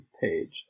page